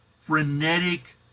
frenetic